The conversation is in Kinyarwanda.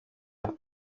sofia